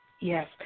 Yes